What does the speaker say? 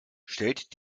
stellt